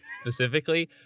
specifically